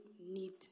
need